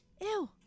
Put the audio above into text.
Ew